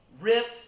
ripped